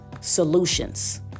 solutions